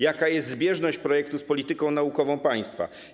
Jaka jest zbieżność projektu z polityką naukową państwa?